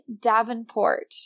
Davenport